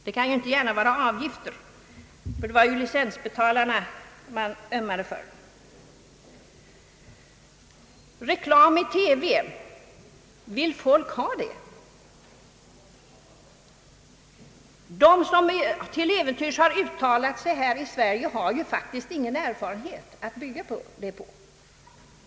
Det kan ju inte gärna bli fråga om avgifter, eftersom ni ju ömmar för licensbetalarna, inte bara annonsörerna. Vill folk ha reklam i TV?